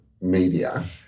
media